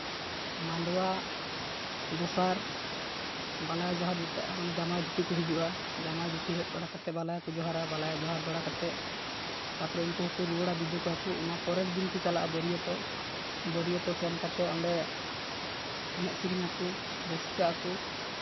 ᱢᱟᱸᱰᱣᱟ ᱫᱚᱥᱟᱨ ᱵᱟᱞᱟᱭᱟ ᱡᱚᱦᱟᱨ ᱡᱮᱴᱟ ᱡᱟᱢᱟᱭ ᱫᱷᱩᱛᱤ ᱠᱚ ᱦᱤᱡᱩᱜᱼᱟ ᱡᱟᱢᱟᱭ ᱫᱷᱩᱛᱤ ᱦᱮᱡ ᱵᱟᱲᱟ ᱠᱟᱛᱮᱫ ᱵᱟᱞᱟᱭᱟ ᱠᱚ ᱡᱚᱦᱟᱨᱟ ᱵᱟᱞᱟᱭᱟ ᱡᱚᱦᱟᱨ ᱵᱟᱲᱟ ᱠᱟᱛᱮᱫ ᱛᱟᱨᱯᱚᱨᱮ ᱩᱱᱠᱩ ᱦᱚᱸᱠᱚ ᱨᱩᱣᱟᱹᱲᱟ ᱵᱤᱫᱟᱹᱭ ᱠᱚᱣᱟ ᱠᱚ ᱚᱱᱟ ᱯᱚᱨᱮᱨ ᱫᱤᱱ ᱠᱚ ᱪᱟᱞᱟᱜᱼᱟ ᱵᱟᱹᱨᱤᱭᱟᱹᱛᱚᱜ ᱵᱟᱹᱨᱭᱟᱹᱛᱚᱜ ᱥᱮᱱ ᱠᱟᱛᱮᱫ ᱚᱸᱰᱮ ᱮᱱᱮᱡᱼᱥᱮᱨᱮᱧ ᱟᱠᱚ ᱨᱟᱹᱥᱠᱟᱹᱜ ᱟᱠᱚ